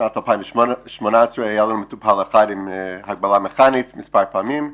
בשנת 2018 היה לנו מטופל אחד עם --- מכאנית מספר פעמים.